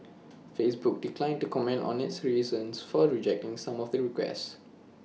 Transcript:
Facebook declined to comment on its reasons for rejecting some of the requests